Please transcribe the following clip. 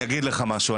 אני אגיד לך משהו,